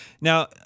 Now